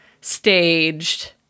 staged